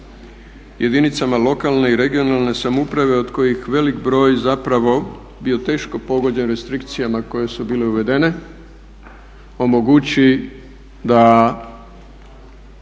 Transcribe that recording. jedinicama lokalne i regionalne samouprave od kojih velik broj zapravo bio teško pogođen restrikcijama koje su bile uvedene omogući da